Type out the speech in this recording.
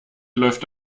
läuft